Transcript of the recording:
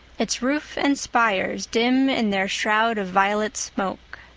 its roofs and spires dim in their shroud of violet smoke.